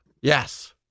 Yes